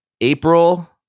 April